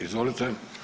Izvolite.